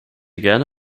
gerne